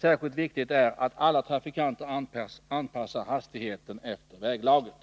Särskilt viktigt är att alla trafikanter anpassar hastigheten till väglaget.